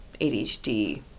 ADHD